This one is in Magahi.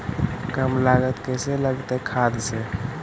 कम लागत कैसे लगतय खाद से?